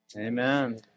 Amen